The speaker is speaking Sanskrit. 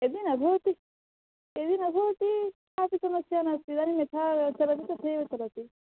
यदि न भवति यदि न भवति कापि समस्या नास्ति इदानीं यथा चलति तथैव चलति